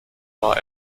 war